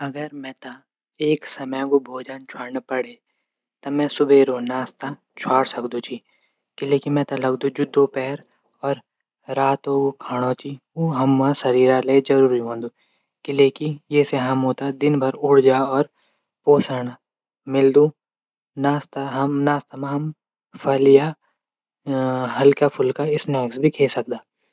अगर मेथे एक समय कू भोजन छुडण पडिली त मि सुबेरो नाश्ता छुडे सकदो छौः। किलेकी मे थे लगदू जू दोपहर रात कू खांणू च हमर शरीर ले जरूरी हूंदो। किलेकि ये से हमते दिनभर ऊर्जा और पोषण मिलदू नाश्ता हम फल या हल्का फुल्का स्नैक भी खै सकदा।